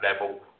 level